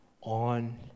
on